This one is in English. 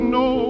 no